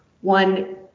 one